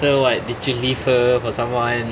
so what did you leave her for someone